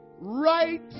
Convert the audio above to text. right